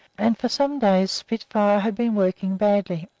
and for some days spitfire had been working badly,